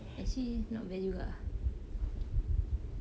actually not value ah